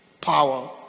power